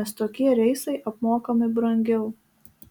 nes tokie reisai apmokami brangiau